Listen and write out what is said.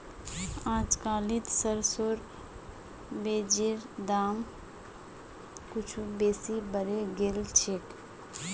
अजकालित सरसोर बीजेर दाम कुछू बेसी बढ़े गेल छेक